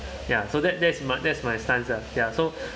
ya so that that's my that's my stance lah ya so